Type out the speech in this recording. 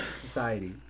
society